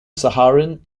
saharan